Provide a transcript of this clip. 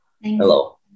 Hello